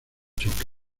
choque